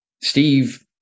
Steve